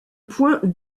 point